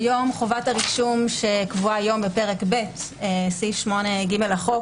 כיום חובת הרישום שקבועה בפרק ב סעיף 8ג לחוק